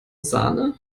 sahne